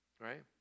right